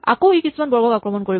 আকৌ ই কিছুমান বৰ্গক আক্ৰমণ কৰিব